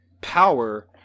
power